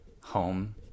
home